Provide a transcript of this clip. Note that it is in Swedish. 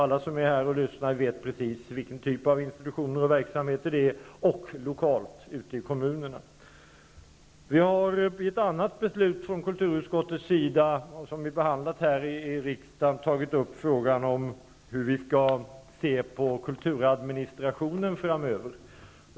Alla som är här och lyssnar vet precis vilken typ av institutioner och verksamheter det är fråga om. I ett annat beslut från kulturutskottets sida, som har behandlats här i kammaren, har vi tagit upp frågan om synen på kulturadministrationen framöver.